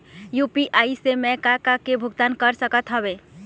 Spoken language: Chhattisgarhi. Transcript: यू.पी.आई से मैं का का के भुगतान कर सकत हावे?